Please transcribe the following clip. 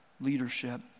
leadership